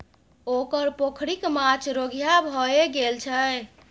ओकर पोखरिक माछ रोगिहा भए गेल छै